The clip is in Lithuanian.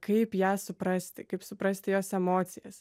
kaip ją suprasti kaip suprasti jos emocijas